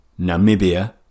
Namibia